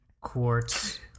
Quartz